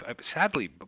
sadly